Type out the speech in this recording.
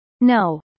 No